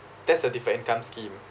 that's the deferred income scheme